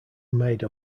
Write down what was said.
made